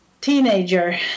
teenager